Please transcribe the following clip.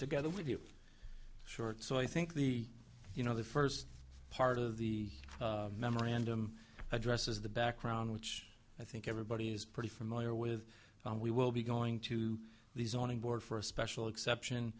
together with you short so i think the you know the first part of the memorandum addresses the background which i think everybody's pretty familiar with we will be going to the zoning board for a special exception